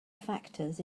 factors